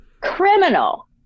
criminal